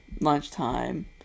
lunchtime